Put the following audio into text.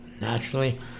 Naturally